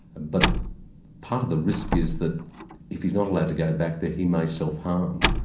but part of the risk is that if he's not allowed to go back, that he may self-harm,